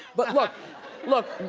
but look,